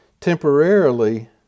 temporarily